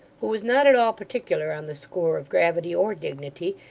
who was not at all particular on the score of gravity or dignity,